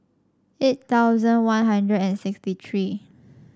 eight thousand One Hundred and sixty three